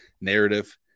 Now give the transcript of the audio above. narrative